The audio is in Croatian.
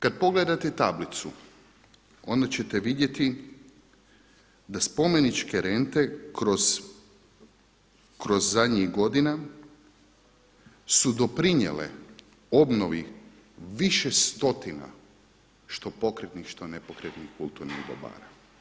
Kad pogledate tablicu onda ćete vidjeti da spomeničke rente kroz zadnjih godina su doprinijele obnovi više stotina što pokretnih, što nepokretnih kulturnih dobara.